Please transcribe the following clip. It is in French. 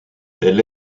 elle